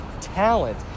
talent